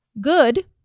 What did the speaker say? good